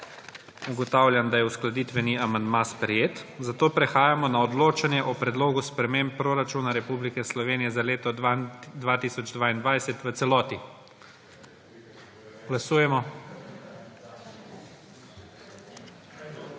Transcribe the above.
Ugotavljam, da je uskladitveni amandma sprejet. Prehajamo na odločanje o Predlogu sprememb proračuna Republike Slovenije za leto 2022 v celoti. Glasujemo.